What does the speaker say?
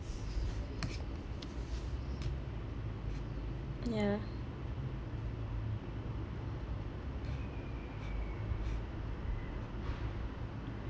ya